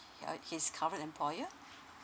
his currently employer